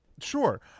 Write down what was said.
Sure